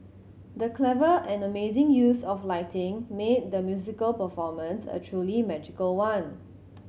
the clever and amazing use of lighting made the musical performance a truly magical one